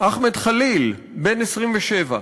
אחמד ח'ליל, בן 27,